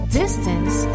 distance